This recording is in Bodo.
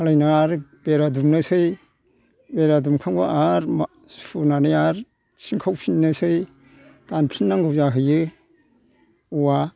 खालायना आरो बेरा दुमनोसै बेरा दुमखांबा मा सुनानै आरो सिनखावफिन्नोसै दानफिननांगौ जाहैयो औवा